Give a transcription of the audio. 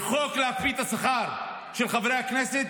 וחוק להקפיא את השכר של חברי הכנסת,